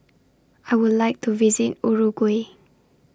I Would like to visit Uruguay